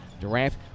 Durant